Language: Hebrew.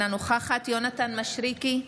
אינה נוכחת יונתן מישרקי,